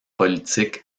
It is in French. politique